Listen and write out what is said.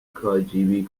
kgb